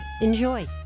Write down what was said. Enjoy